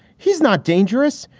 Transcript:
he's not dangerous.